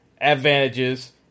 advantages